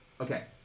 Okay